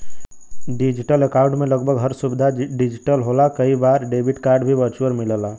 digital account में लगभग हर सुविधा डिजिटल होला कई बार डेबिट कार्ड भी वर्चुअल मिलला